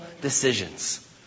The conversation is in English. decisions